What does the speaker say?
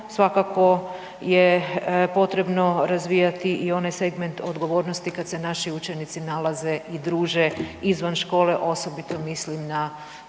svakako je potrebno razvijati i one segment odgovornosti kad se naši učenici nalaze i druže izvan škole, osobito mislim na